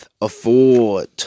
afford